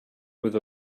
with